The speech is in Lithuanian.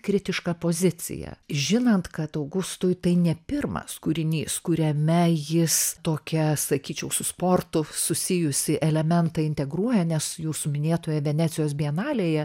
kritiška pozicija žinant kad augustui tai ne pirmas kūrinys kuriame jis tokią sakyčiau su sportu susijusį elementą integruoja nes jūsų minėtoje venecijos bienalėje